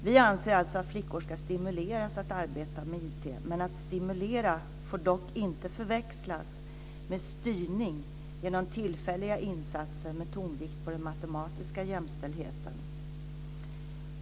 Vi anser alltså att flickor ska stimuleras att arbeta med IT. Att stimulera får dock inte förväxlas med styrning genom tillfälliga insatser med tonvikt på den matematiska jämställdheten.